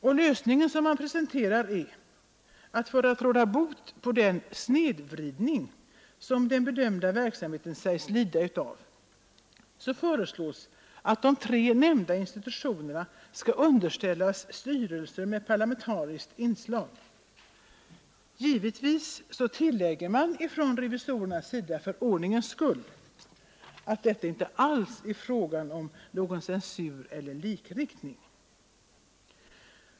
Och lösningen man presenterar för att råda bot på den ”snedvridning” som den bedömda verksamheten sägs lida av är att de tre nämnda institutionerna skall underställas styrelser med parlamentariskt inslag. Givetvis tillägger man från revisorerna sida — för ordningens skull — att det inte alls är fråga om någon censur eller likriktning.